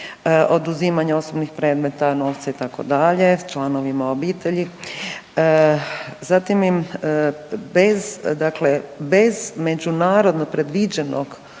oduzimanja osobnih predmeta, novca itd. članovima obitelji. Zatim im bez dakle bez međunarodno predviđenog